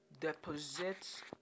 deposits